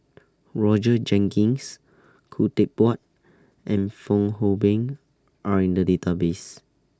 Roger Jenkins Khoo Teck Puat and Fong Hoe Beng Are in The Database